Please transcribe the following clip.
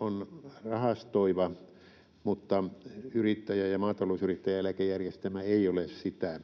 on rahastoiva, mutta yrittäjä- ja maatalousyrittäjäeläkejärjestelmä ei ole sitä.